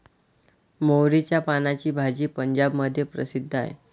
मोहरीच्या पानाची भाजी पंजाबमध्ये प्रसिद्ध आहे